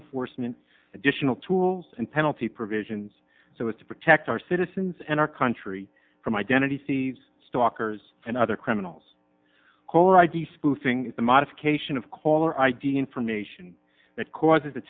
enforcement additional tools and penalty provisions so as to protect our citizens and our country from identity thieves stalkers and other criminals caller id spoofing the modification of caller id information that causes the